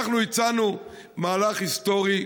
אנחנו הצענו מהלך היסטורי.